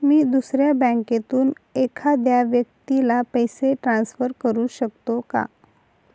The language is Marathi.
मी दुसऱ्या बँकेतून एखाद्या व्यक्ती ला पैसे ट्रान्सफर करु शकतो का?